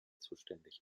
zuständig